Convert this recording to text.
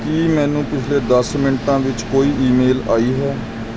ਕੀ ਮੈਨੂੰ ਪਿਛਲੇ ਦਸ ਮਿੰਟਾਂ ਵਿੱਚ ਕੋਈ ਈਮੇਲ ਆਈ ਹੈ